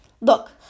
Look